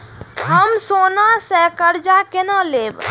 हम सोना से कर्जा केना लैब?